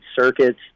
circuits